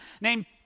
named